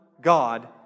God